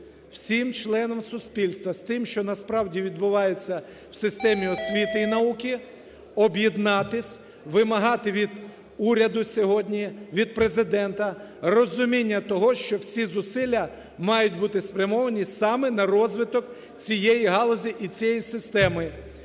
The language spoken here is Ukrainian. всім членам суспільства, з тим, що насправді відбувається в системі освіти і науки, об'єднатись, вимагати від уряду сьогодні, від Президента розуміння того, що всі зусилля мають бути спрямовані саме на розвиток цієї галузі і цієї системи.